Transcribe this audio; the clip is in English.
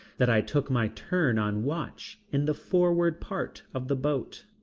that i took my turn on watch in the forward part of the boat.